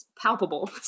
palpable